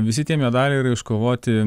visi tie medaliai yra iškovoti